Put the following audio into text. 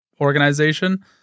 organization